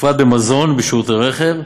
בפרט במזון ובשירותי רכב,